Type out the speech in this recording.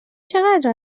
چقدر